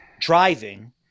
driving